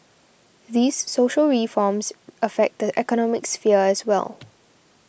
these social reforms affect the economic sphere as well